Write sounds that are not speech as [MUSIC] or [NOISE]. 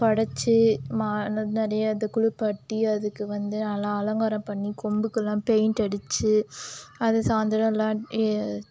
படைச்சி மா [UNINTELLIGIBLE] முன்னாடியே அதை குளுப்பாட்டி அதுக்கு வந்து நல்லா அலங்காரம் பண்ணி கொம்புக்கெலாம் பெயிண்ட் அடித்து அதை சாயந்திரம் எல்லாம்